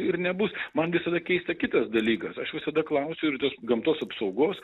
ir nebus man visada keista kitas dalykas aš visada klausiu ir tos gamtos apsaugos